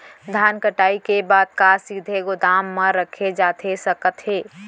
धान कटाई के बाद का सीधे गोदाम मा रखे जाथे सकत हे?